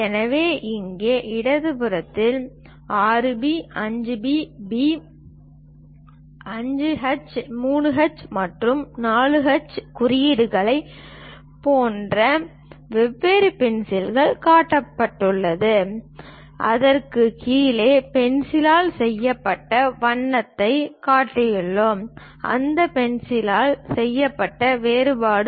எனவே இங்கே இடது புறத்தில் 6B 5B B 5H 3H மற்றும் 4H குறியீடுகளைப் போன்ற வெவ்வேறு பென்சில்களைக் காட்டியுள்ளோம் அதற்குக் கீழே பென்சிலால் செய்யப்பட்ட வண்ணத்தைக் காட்டியுள்ளோம் அந்த பென்சிலால் செய்யப்பட்ட வேறுபாடு